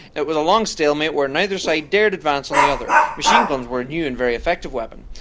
was a long stalemate where neither side dared advance on the other. machine guns were a new and very effective weapon.